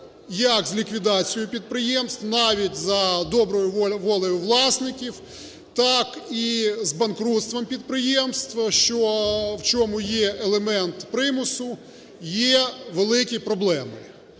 як з ліквідацією підприємств, навіть за доброю волею власників, так і з банкрутством підприємств, що в чому є елемент примусу, є великі проблеми.